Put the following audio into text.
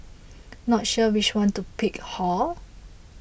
not sure which one to pick hor